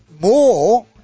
more